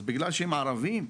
אז בגלל שהם ערבים?